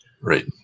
right